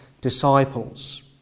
disciples